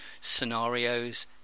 scenarios